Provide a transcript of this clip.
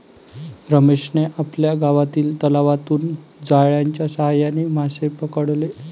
रमेशने आपल्या गावातील तलावातून जाळ्याच्या साहाय्याने मासे पकडले